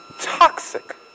toxic